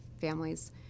families